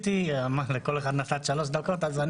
בבקשה.